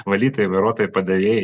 valytojai vairuotojai padavėjai